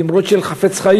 אמרות של החפץ-חיים,